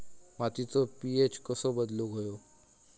मातीचो पी.एच कसो बदलुक होयो?